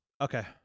Okay